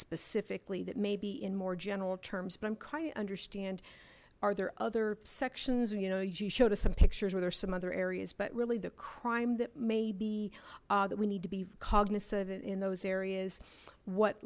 specifically that maybe in more general terms but i'm kind of understand are there other sections you know you showed us some pictures or there's some other areas but really the crime that maybe that we need to be cognizant in those areas what